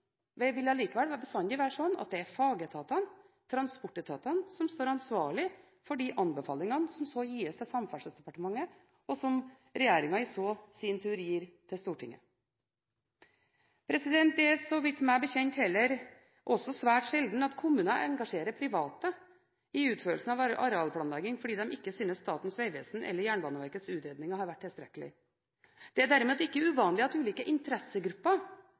vil allikevel bestandig være slik at det er fagetatene, transportetatene, som står ansvarlig for de anbefalingene som så gis til Samferdselsdepartementet, og som regjeringen i sin tur gir til Stortinget. Det er, så vidt jeg vet, svært sjelden at kommuner engasjerer private i utførelsen av arealplanlegging fordi de ikke synes Statens vegvesens eller Jernbaneverkets utredinger har vært tilstrekkelige. Det er derimot ikke uvanlig at ulike interessegrupper